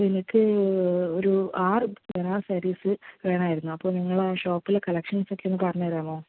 എനിക്ക് ഒരു ആറ് ബനാറസ് സാരീസ് വേണമായിരുന്നു അപ്പം നിങ്ങളാ ഷോപ്പിൽ കളക്ഷൻസൊക്കെ ഒന്ന് പറഞ്ഞ് തരാമോ